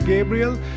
Gabriel